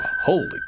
holy